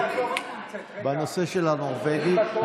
בנושא של הנורבגי,